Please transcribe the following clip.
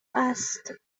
است